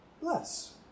bless